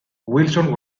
wilson